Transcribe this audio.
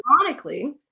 Ironically